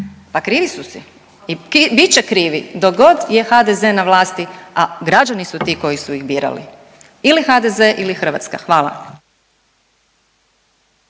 pa krivi su si i bit će krivi dok god je HDZ na vlasti, a građani su ti koji su ih birali, ili HDZ ili Hrvatska, hvala.